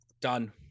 Done